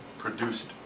produced